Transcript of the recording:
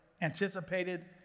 anticipated